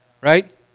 right